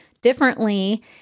differently